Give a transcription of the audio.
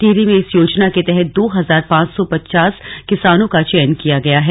टिहरी में इस योजना के तहत दो हजार पांच सौ पचास किसानों का चयन किया गया है